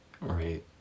right